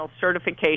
certification